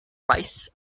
rice